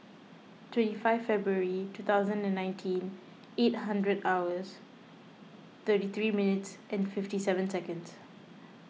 twenty five February two thousand and nineteen eight hundred hours thirty three minutes and fifty seven seconds